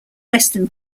western